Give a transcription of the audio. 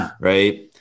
Right